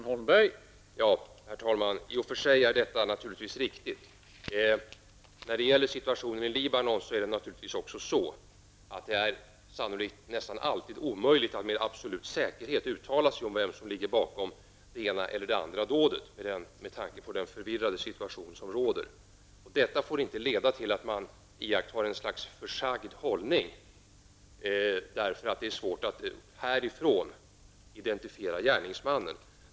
Herr talman! Detta är i och för sig naturligtvis riktigt. När det gäller Libanon är det sannolikt nästan alltid omöjligt att med absolut säkerhet uttala sig om vem som ligger bakom det ena eller det andra dådet med tanke på den förvirrade situation som råder. Detta får inte leda till att regeringen intar en försagd hållning därför att det är svårt att härifrån identifiera gärningsmannen.